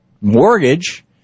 mortgage